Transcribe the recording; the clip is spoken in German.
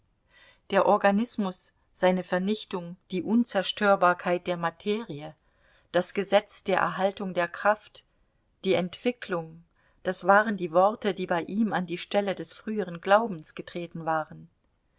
der organismus seine vernichtung die unzerstörbarkeit der materie das gesetz der erhaltung der kraft die entwicklung das waren die worte die bei ihm an die stelle des früheren glaubens getreten waren